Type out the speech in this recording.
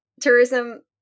tourism